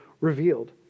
revealed